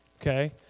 Okay